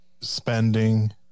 spending